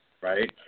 right